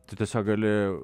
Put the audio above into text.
tu tiesiog gali